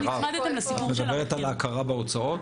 את מדברת על ההכרה בהוצאות?